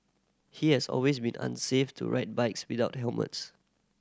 he has always been unsafe to ride bikes without helmets